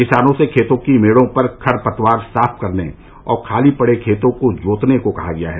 किसानों से खेतों की मेड़ों पर खर पतवार साफ करने और खाली पड़े खेतों को जोतने को कहा गया है